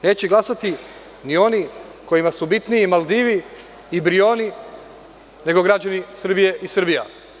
Neće glasati ni oni kojima su bitniji Maldivi i Brioni, nego građani Srbije i Srbija.